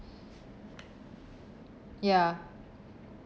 ya